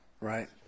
Right